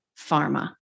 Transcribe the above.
pharma